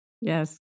yes